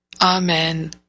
Amen